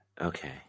okay